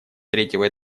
третьего